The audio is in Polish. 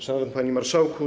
Szanowny Panie Marszałku!